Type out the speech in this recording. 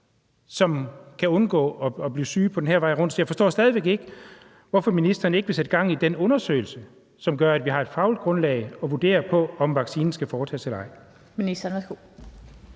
kan undgå at blive syge. Så jeg forstår stadig væk ikke, hvorfor ministeren ikke vil sætte gang i den undersøgelse, som gør, at vi har et fagligt grundlag at vurdere på, om vaccinen skal foretages eller ej.